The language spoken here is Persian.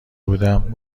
بودم